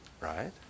right